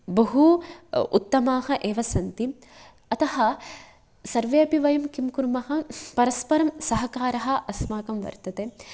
बहु उत्तमाः एव सन्ति अतः सर्वेऽपि वयं किं कुर्मः परस्परं सहकारः अस्माकं वर्तते